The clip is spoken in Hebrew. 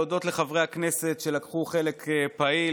להודות לחברי הכנסת שלקחו חלק פעיל.